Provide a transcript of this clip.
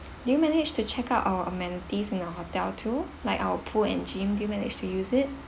did you manage to check out our amenities in our hotel too like our pool and gym did you manage to use it